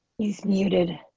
he's muted.